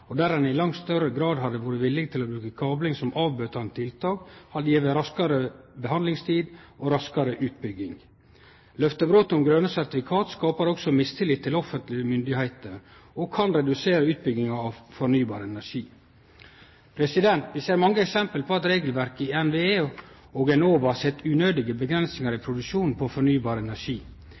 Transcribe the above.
og der ein i langt større grad hadde vore villige til å bruke kabling som avbøtande tiltak, hadde gjeve raskare behandlingstid og raskare utbygging. Løftebrot om grøne sertifikat skapar også mistillit til offentlege myndigheiter, og kan redusere utbygginga av fornybar energi. Vi ser mange eksempel på at regelverket i NVE og Enova set unødige avgrensingar i produksjonen av fornybar energi.